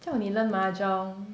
叫你 learn mahjong